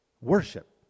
Worship